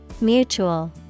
Mutual